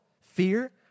fear